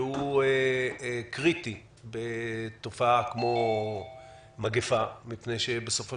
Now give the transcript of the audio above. שהוא קריטי בתופעה כמו מגיפה מפני שבסופו